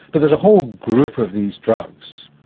but there's a whole group of these drugs.